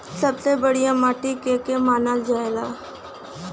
सबसे बढ़िया माटी के के मानल जा?